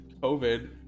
COVID